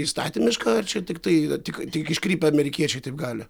įstatymiška ar čia tiktai tik tik iškrypę amerikiečiai taip gali